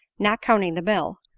not counting the mill,